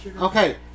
Okay